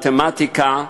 מתמטיקה,